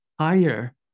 higher